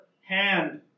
hand